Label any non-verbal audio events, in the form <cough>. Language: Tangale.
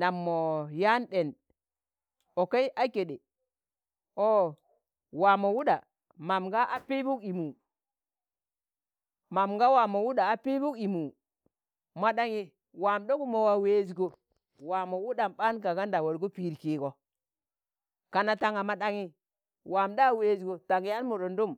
nạm mo̱ yạan ɗen, okai a keɗe, ọo waamo wuɗa mam ga a <noise> pịbuk imu, mam ga waamo wuɗa a pịbuk imu mọ ɗanye waam ɗogum mo wạa weezgo, waa mo wuɗam ɓaan ka ganda wargo pịid kịigo, kana tanga mo ɗanyi waam ɗa weezgo tang ya̱an mudundum,